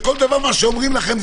שכל דבר שאומרים לכם,